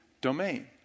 domain